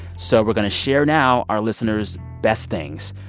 so we're going to share now our listeners' best things.